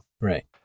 Right